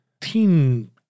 teen